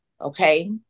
okay